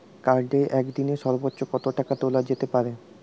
কার্ডে একদিনে সর্বোচ্চ কত টাকা তোলা যেতে পারে?